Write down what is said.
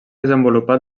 desenvolupat